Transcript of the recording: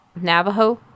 Navajo